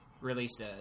released